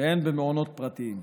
והן במעונות פרטיים.